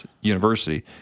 university